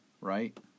right